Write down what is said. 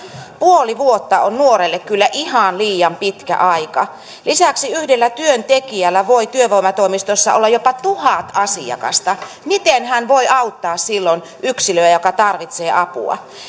puoli vuotta on nuorelle kyllä ihan liian pitkä aika lisäksi yhdellä työntekijällä voi työvoimatoimistossa olla jopa tuhat asiakasta miten hän voi auttaa silloin yksilöä joka tarvitsee apua